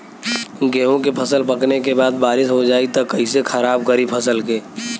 गेहूँ के फसल पकने के बाद बारिश हो जाई त कइसे खराब करी फसल के?